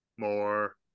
More